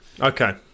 Okay